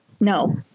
no